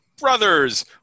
brothers